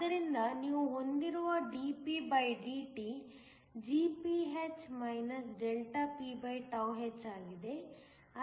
ಆದ್ದರಿಂದ ನೀವು ಹೊಂದಿರುವ dpdt Gph ph ಆಗಿದೆ